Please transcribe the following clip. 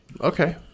Okay